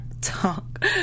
talk